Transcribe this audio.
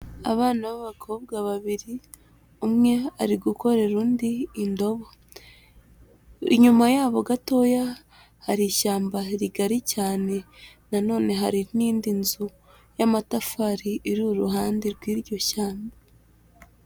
Abana b'abakobwa babiri, umwe ari gukorera undi indobo, inyuma yabo gatoya hari ishyamba rigari cyane, nanone hari n'indi nzu y'amatafari iri iruhande rw'iryo shyamba.